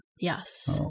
Yes